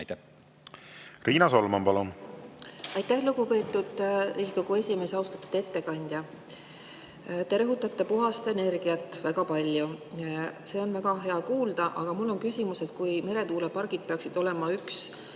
Riina Solman, palun! Aitäh, lugupeetud Riigikogu esimees! Austatud ettekandja! Te rõhutate puhast energiat väga palju, seda on väga hea kuulda. Aga mul on küsimus. Kui meretuulepargid peaksid olema üks